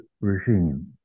regime